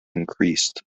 increased